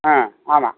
ஆ ஆமாம்